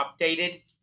updated